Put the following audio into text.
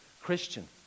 Christian